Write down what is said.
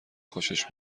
خوشش